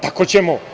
Tako ćemo.